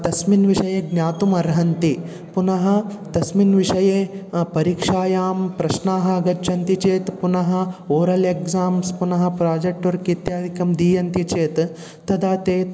तस्मिन् विषये ज्ञातुमर्हन्ति पुनः तस्मिन् विषये परीक्षायां प्रश्नाः आगच्छन्ति चेत् पुनः ओरल् एग्साम्स् पुनः प्राजेक्ट् वर्क् इत्यादिकं दीयन्ते चेत् तदा ते